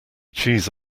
cheese